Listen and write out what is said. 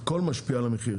הכל משפיע על המחיר.